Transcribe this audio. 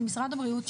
של משרד הבריאות,